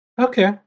okay